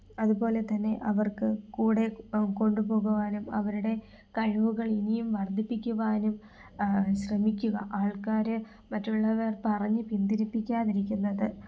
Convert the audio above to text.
അതുപോലെ തന്നെ അവർക്ക് കൂടെ കൊണ്ട് പോകുവാനും അവരുടെ കഴിവുകൾ ഇനിയും വർദ്ധിപ്പിക്കുവാനും ശ്രമിക്കുക ആൾക്കാർ മറ്റുള്ളവർ പറഞ്ഞ് പിന്തിരിപ്പിക്കാതിരിക്കുന്നത്